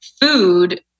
food